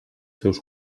seus